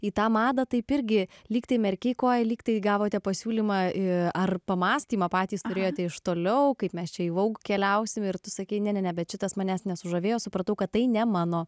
į tą madą taip irgi lygtai merkei koją lygtai gavote pasiūlymą i ar pamąstymą patys turėjote iš toliau kaip mes čia į vouge keliausim ir tu sakei ne ne ne bet šitas manęs nesužavėjo supratau kad tai ne mano